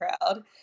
proud